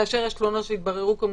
כאשר יש תלונות שיתבררו כמוצדקות.